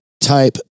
type